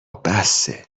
بسه